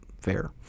fair